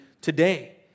today